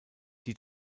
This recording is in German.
die